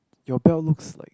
your belt looks like